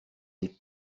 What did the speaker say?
des